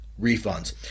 refunds